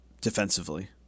defensively